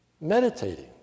meditating